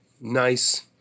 nice